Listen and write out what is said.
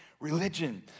religion